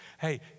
Hey